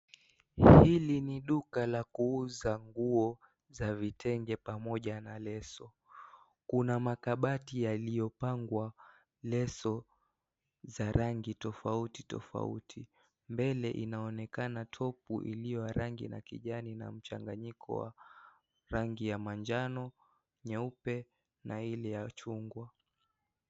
Hili ni duka la kuuza nguo za vitenge pamoja na leso, kuna makabati yaliyopangwa leso za rangi tofautitofauti, mbele inaonekana topu ilio ya rangi ya kijani na mchanganyiko wa rangi ya manjano, nyeupe na ile ya chungwa.